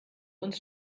uns